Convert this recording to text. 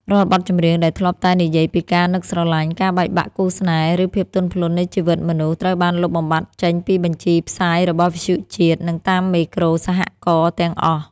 រាល់បទចម្រៀងដែលធ្លាប់តែនិយាយពីការនឹកស្រឡាញ់ ការបែកបាក់គូស្នេហ៍ ឬភាពទន់ភ្លន់នៃជីវិតមនុស្ស ត្រូវបានលុបបំបាត់ចេញពីបញ្ជីផ្សាយរបស់វិទ្យុជាតិ និងតាមមេក្រូសហករណ៍ទាំងអស់។